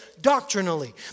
doctrinally